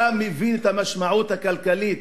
אתה מבין את המשמעות הכלכלית,